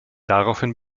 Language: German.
daraufhin